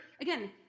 again